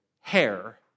hair